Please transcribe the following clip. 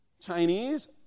Chinese